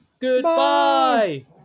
Goodbye